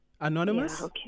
Anonymous